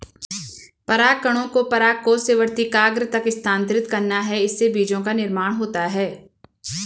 परागकणों को परागकोश से वर्तिकाग्र तक स्थानांतरित करना है, इससे बीजो का निर्माण होता है